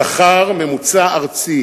שכר ממוצע ארצי